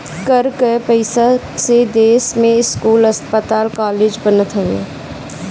कर कअ पईसा से देस में स्कूल, अस्पताल कालेज बनत हवे